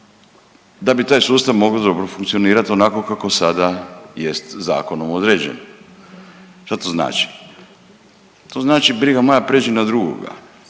da bi taj sustav mogao dobro funkcionirati onako kako sada jest zakonom određen. Šta to znači? To znači brigo moja prijeđi na drugoga,